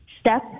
step